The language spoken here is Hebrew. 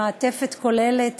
למעטפת כוללת